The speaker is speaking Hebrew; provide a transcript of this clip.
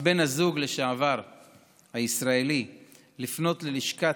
על בן הזוג לשעבר הישראלי לפנות ללשכת